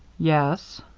yes.